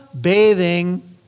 bathing